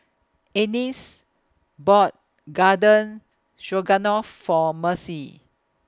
Anice bought Garden Stroganoff For Mercy